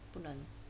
不能